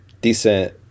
decent